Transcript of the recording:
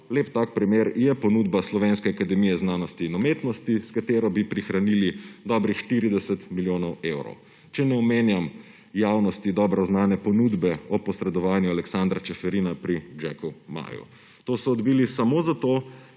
Lep tak primer je ponudba Slovenske akademije znanosti in umetnosti, s katero bi prihranili dobrih 40 milijonov evrov. Če ne omenjam javnosti dobro znane ponudbe o posredovanju Aleksandra Čeferina pri Jacku Maju. To so odbili samo zato,